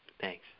Thanks